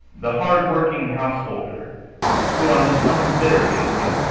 the hard-working householder who, on some bitter evening,